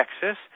Texas